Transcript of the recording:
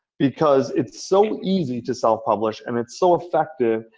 because it's so easy to self-publish and it's so effective.